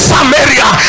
Samaria